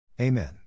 Amen